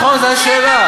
נכון, זו השאלה.